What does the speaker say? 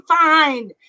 fine